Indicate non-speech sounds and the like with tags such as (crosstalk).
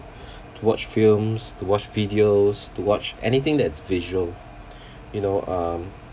to watch films to watch videos to watch anything that's visual (breath) you know um